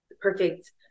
perfect